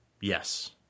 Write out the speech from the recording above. yes